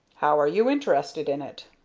how are you interested in it?